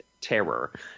terror